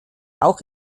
auch